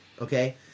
okay